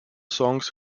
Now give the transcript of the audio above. songs